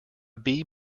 bee